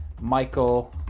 Michael